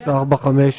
אתה יושב ברכב,